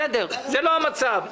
זה לא המצב.